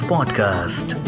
Podcast